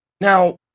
Now